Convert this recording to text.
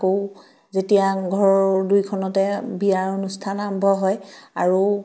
আকৌ যেতিয়া ঘৰৰ দুইখনতে বিয়াৰ অনুষ্ঠান আৰম্ভ হয় আৰু